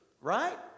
right